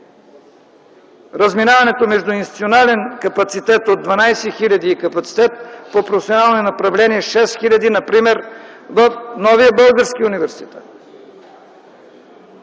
разминаването между институционален капацитет от 12 хиляди и капацитет по професионални направления – 6 хиляди, например, в Нов български университет.